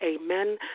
amen